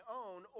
own